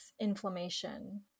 inflammation